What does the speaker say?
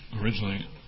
originally